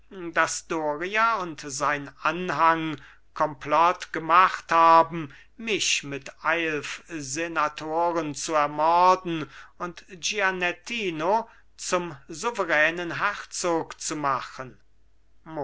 daß doria und sein anhang komplott gemacht haben mich mit eilf senatoren zu ermorden und gianettino zum souveränen herzog zu machen